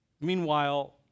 Meanwhile